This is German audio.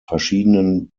verschiedenen